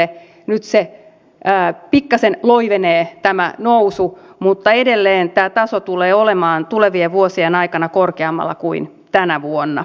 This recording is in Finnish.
nyt tämä nousu pikkasen loivenee mutta edelleen tämä taso tulee olemaan tulevien vuosien aikana korkeammalla kuin tänä vuonna